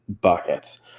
buckets